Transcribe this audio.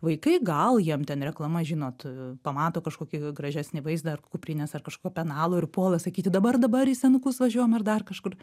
vaikai gal jiem ten reklama žinot pamato kažkokį gražesnį vaizdą ar kuprinės ar kažko penalo ir puola sakyti dabar dabar į senukus važiuojam ar dar kažkur